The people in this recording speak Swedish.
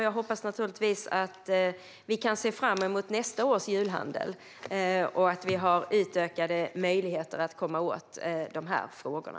Jag hoppas naturligtvis att vi kan se fram emot nästa års julhandel och att vi har utökade möjligheter att då komma åt de här frågorna.